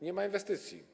Nie ma inwestycji.